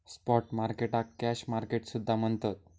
spot मार्केटाक cash market सुद्धा म्हणतत